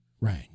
rang